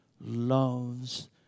loves